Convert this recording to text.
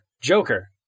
Joker